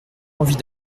envie